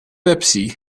pepsi